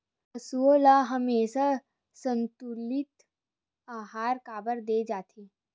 पशुओं ल हमेशा संतुलित आहार काबर दे जाथे?